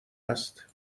هست